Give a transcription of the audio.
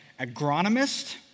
agronomist